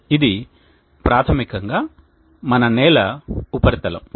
ఇది ప్రాథమికంగా మన నేల ఉపరితలం